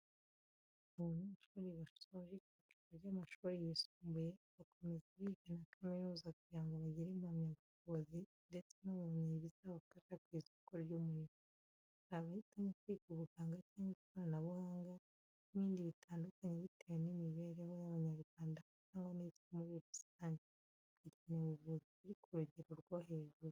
Abanyeshuri basoje icyiciro cy'amashuri yisumbuye bakomeza biga na kaminuza kugira ngo bagire impamyabushobozi ndetse n'ubumenyi bizabafasha ku isoko ry'umurimo. Hari abahitamo kwiga ubuganga cyangwa ikoranabuhanga n'ibindi bitandukanye, bitewe n'imibereho y'Abanyarwanda cyangwa n'isi muri rusange, hakenewe ubuvuzi buri ku rugero rwo hejuru.